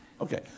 Okay